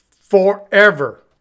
forever